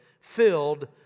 filled